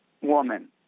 woman